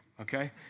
okay